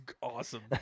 awesome